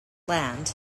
land